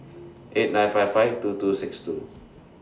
eight nine five five two two six two